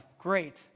great